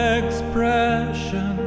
expression